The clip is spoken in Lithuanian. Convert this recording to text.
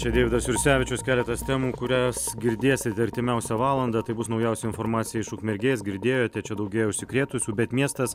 čia deividas jursevičius keletas temų kurias girdėsit artimiausią valandą tai bus naujausia informacija iš ukmergės girdėjote čia daugėja užsikrėtusių bet miestas